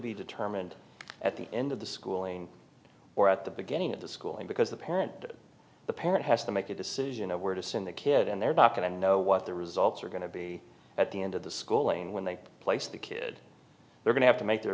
be determined at the end of the schooling or at the beginning of the schooling because the parent of the parent has to make a decision of where to send the kid and they're not going to know what the results are going to be at the end of the school lane when they place the kid they're going to have to make their